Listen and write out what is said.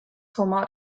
format